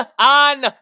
on